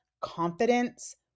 confidence